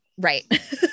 Right